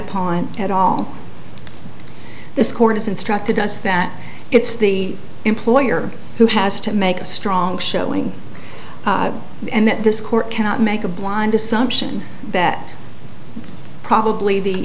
upon at all this court has instructed us that it's the employer who has to make a strong showing and that this court cannot make a blind assumption that probably the